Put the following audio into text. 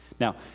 now